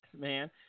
man